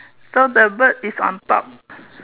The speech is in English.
so the bird is on top